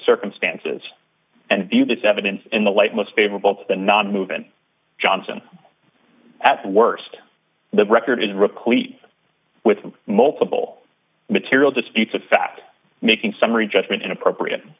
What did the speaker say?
circumstances and viewed this evidence in the light most favorable to the nonmoving johnson at worst the record in ripley with multiple material disputes of fact making summary judgment inappropriate